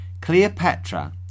Cleopatra